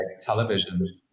television